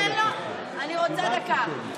תן לו, אני רוצה דקה.